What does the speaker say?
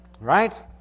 right